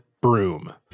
broom